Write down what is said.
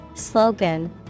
slogan